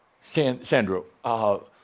Sandro